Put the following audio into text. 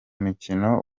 mikino